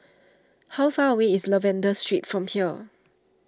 how far away is Lavender Street from here